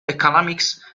economics